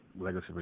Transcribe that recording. Legacy